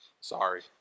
Sorry